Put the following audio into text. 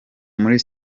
muri